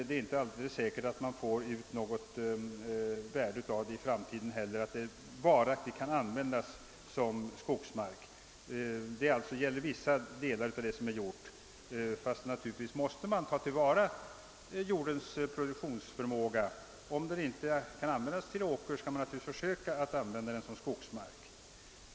Det är inte heller så säkert att man på alla områden som skogsplanterats får ut något av värde av planteringen i framtiden eller att marken varaktigt kan användas som skogsmark. Naturligtvis skall vi tillvarata jordens produktionsförmåga. Om den inte kan användas till åker skall man givetvis försöka att plantera skog på den.